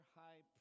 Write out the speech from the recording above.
high